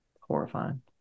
horrifying